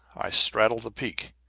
i straddled the peak,